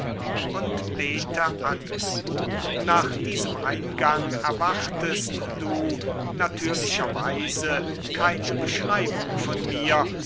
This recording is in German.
und bete an nach diesem eingang erwartest du natürlicher weise keine beschreibung von mir